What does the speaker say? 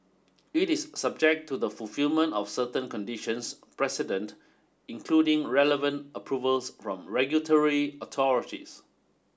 it is subject to the fulfilment of certain conditions precedent including relevant approvals from regulatory authorities